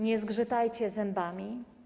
Nie zgrzytajcie zębami/